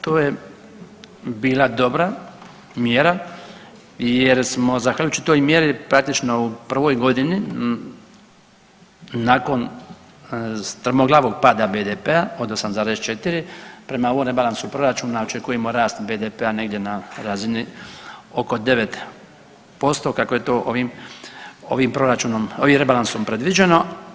To je bila dobra mjera jer smo zahvaljujući toj mjeri praktično u prvoj godini nakon strmoglavog pada BDP-a od 8,4 prema ovom rebalansu proračuna očekujemo rast BDP-a negdje na razini oko 9% kako je to ovim, ovim proračunom, ovim rebalansom predviđeno.